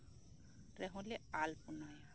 ᱨᱮᱦᱚᱸᱞᱮ ᱟᱞᱯᱚᱱᱟᱭᱟ